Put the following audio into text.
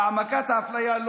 בהעמקת האפליה,